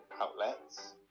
outlets